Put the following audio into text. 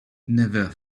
never